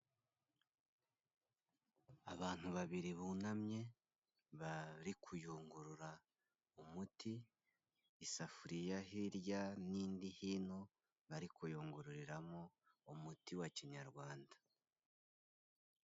Abantu babiri bunamye bari kuyungurura umuti, isafuriya hirya n'indi hino bari kuyungururiramo umuti wa kinyarwanda.